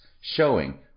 showing